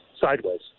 sideways